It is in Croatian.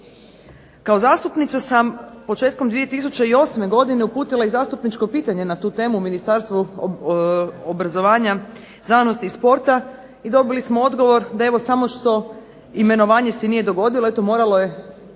Kao zastupnica sam početkom 2008. godine uputila zastupničko pitanje na tu temu Ministarstvu obrazovanja, znanosti i sporta i dobili smo odgovor da samo što imenovanje se nije dogodilo eto moralo je to